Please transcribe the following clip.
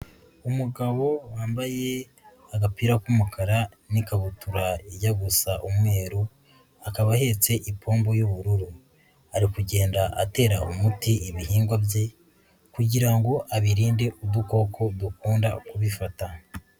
Umugabo wambaye agapira k'umukara n'ikabutura ijya gusa umweru, akaba ahetse ipombo y'ubururu, ari kugenda atera umuti ibihingwa bye kugira ngo abirinde udukoko dukunda kubifata.